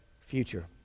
future